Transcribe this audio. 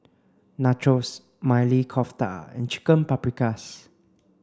Nachos Maili Kofta and Chicken Paprikas